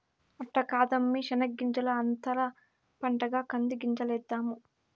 అట్ట కాదమ్మీ శెనగ్గింజల అంతర పంటగా కంది గింజలేద్దాము